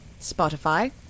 Spotify